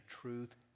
truth